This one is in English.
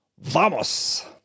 Vamos